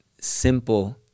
simple